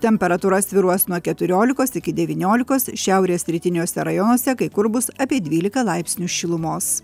temperatūra svyruos nuo keturiolikos iki devyniolikos šiaurės rytiniuose rajonuose kai kur bus apie dvylika laipsnių šilumos